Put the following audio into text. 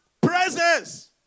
presence